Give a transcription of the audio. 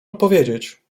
odpowiedzieć